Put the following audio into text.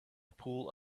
pool